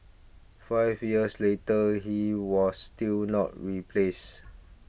five years later he was still not replaced